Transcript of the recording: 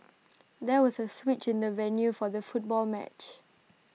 there was A switch in the venue for the football match